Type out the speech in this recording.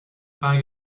bag